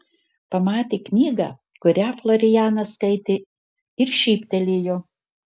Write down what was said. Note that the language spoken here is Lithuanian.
pamatė knygą kurią florianas skaitė ir šyptelėjo